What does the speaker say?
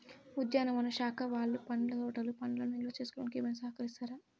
ఉద్యానవన శాఖ వాళ్ళు పండ్ల తోటలు పండ్లను నిల్వ చేసుకోవడానికి ఏమైనా సహకరిస్తారా?